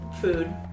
food